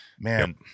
man